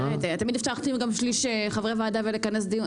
תראה תמיד אפשר גם שליש חברי ועדה ולכנס דיון,